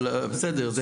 אבל בסדר זה